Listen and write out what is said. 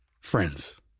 friends